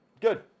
good